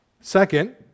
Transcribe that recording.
Second